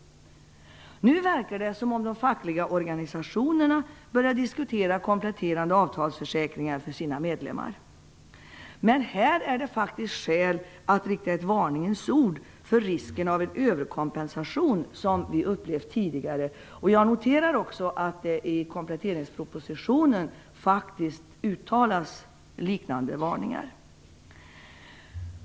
Nu verkar de fackliga organisationerna börja diskutera kompletterande avtalsförsäkringar för sina medlemmar. Men här finns det faktiskt skäl att rikta ett varningens ord beträffande risken för den överkompensation som vi upplevt tidigare. Jag noterar också att liknande varningar faktiskt uttalas i kompletteringspropositionen.